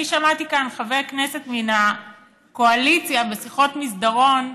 אני שמעתי כאן חבר כנסת מן הקואליציה בשיחות מסדרון,